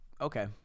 okay